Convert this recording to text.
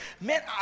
man